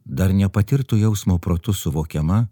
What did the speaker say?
dar nepatirto jausmo protu suvokiama